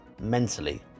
mentally